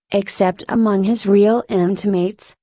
except among his real intimates,